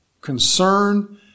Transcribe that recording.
concern